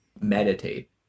meditate